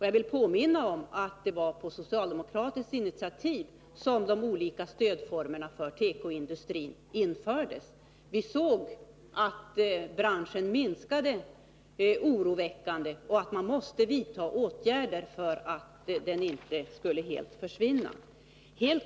Jag vill påminna om att det var på socialdemokratiskt initiativ som de olika stödformerna för tekoindustrin infördes. Vi såg att branschen minskade oroväckande och att man måste vidta åtgärder för att den inte skulle helt försvinna.